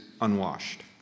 unwashed